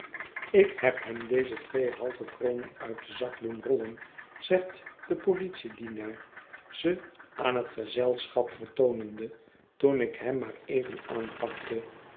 ik heb hem deze twee halve kronen uit den zak doen rollen zegt de politiedienaar ze aan hot gezelschap vertoonende toen ik hem maar even aanpakte